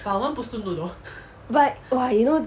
but !wah! you know